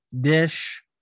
dish